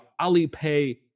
Alipay